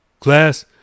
Class